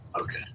Okay